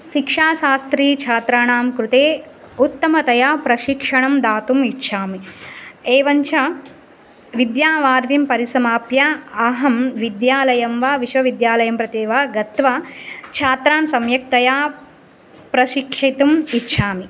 शिक्षाशास्त्रीछात्राणां कृते उत्तमतया प्रशिक्षणं दातुम् इच्छामि एवञ्च विद्यावारिधिं परिसमाप्य अहं विद्यालयं वा विश्वविद्यालयं प्रति वा गत्वा छात्रान् सम्यक्तया प्रशिक्षितुम् इच्छामि